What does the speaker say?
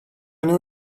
know